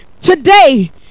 today